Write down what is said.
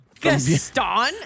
Gaston